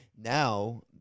now